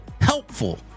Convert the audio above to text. helpful